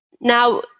Now